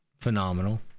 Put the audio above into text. phenomenal